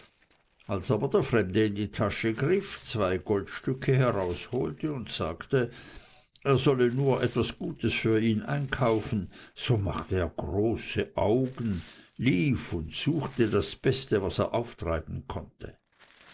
als aber der fremde in die tasche griff zwei goldstücke herausholte und sagte er sollte nur etwas gutes für ihn einkaufen so machte er große augen lief und suchte das beste das er auftreiben konnte